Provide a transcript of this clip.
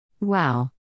Wow